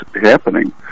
happening